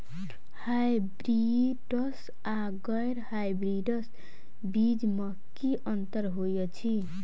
Hybrids आ गैर hybrids बीज म की अंतर होइ अछि?